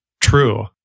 true